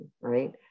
right